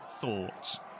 thoughts